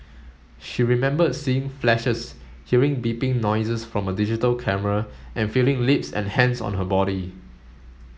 she remembered seeing flashes hearing beeping noises from a digital camera and feeling lips and hands on her body